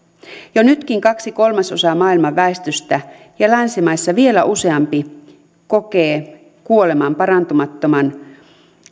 jo nytkin kaksi kolmasosaa maailman väestöstä ja länsimaissa vielä useampi kokee kuoleman parantumattoman